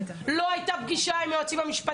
לא הייתה פגישה עם היועצים המשפטיים.